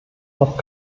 noch